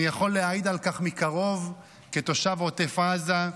אני יכול להעיד על כך מקרוב, כתושב עוטף עזה,